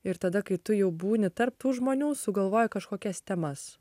ir tada kai tu jau būni tarp tų žmonių sugalvoji kažkokias temas